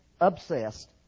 obsessed